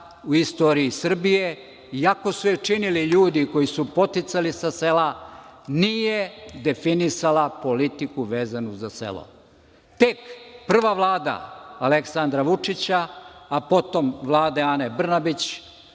u istoriji Srbije, iako su je činili ljudi koji su poticali sa sela, nije definisala politiku vezanu za selo. Tek prva Vlada Aleksandra Vučića, a potom vlade Ane Brnabić